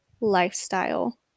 lifestyle